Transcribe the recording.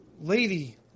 lady